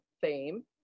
fame